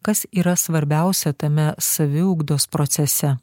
kas yra svarbiausia tame saviugdos procese